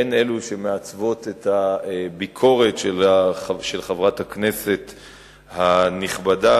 היא בעצם שמעצבת את הביקורת של חברת הכנסת הנכבדה,